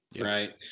right